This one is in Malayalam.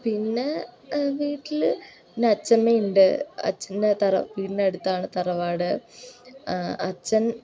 പിന്നെ വീട്ടിൽ എൻ്റെ അച്ഛമ്മയുണ്ട് അച്ഛൻ്റെ തറവാ വീടിൻ്റെ അടുത്താണ് തറവാട് അച്ഛൻ